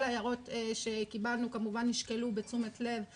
כל ההערות שקיבלנו נשקלו בתשומת לב,